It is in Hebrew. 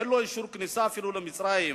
אין לו אישור כניסה אפילו למצרים.